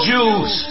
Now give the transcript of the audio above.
Jews